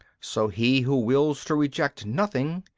so he who wills to reject nothing,